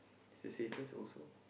is the safest also